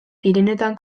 pirinioetan